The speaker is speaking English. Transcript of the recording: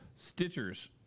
Stitchers